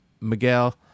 Miguel